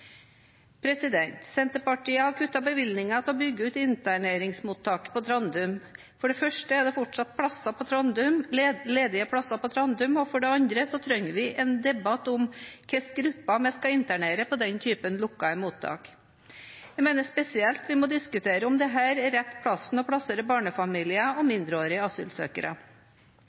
Senterpartiet har kuttet bevilgningen til å bygge ut interneringsmottaket på Trandum. For det første er det fortsatt ledige plasser på Trandum, og for det andre trenger vi en debatt om hvilke grupper vi skal internere på den typen lukkede mottak. Jeg mener spesielt vi må diskutere om dette er rette sted å plassere barnefamilier og mindreårige asylsøkere.